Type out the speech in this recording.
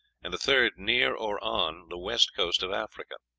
and a third near or on the west coast of africa.